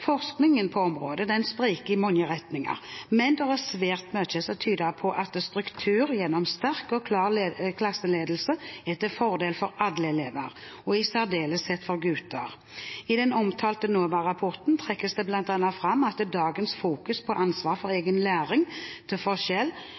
Forskningen på området spriker i mange retninger, men det er svært mye som tyder på at struktur gjennom sterk og klar klasseledelse er til fordel for alle elever, og i særdeleshet for gutter. I den omtalte NOVA-rapporten trekkes det bl.a. fram at dagens fokus på ansvar for egen læring, til forskjell